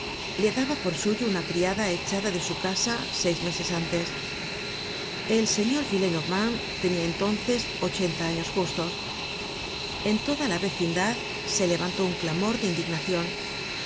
le daba por suyo una criada echada de su casa seis meses antes el señor gillenormand tenia entonces ochenta años justos en toda la vecindad se levantó un clamor de indignacion